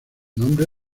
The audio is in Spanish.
nombre